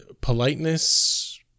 politeness